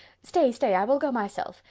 stay, stay, i will go myself.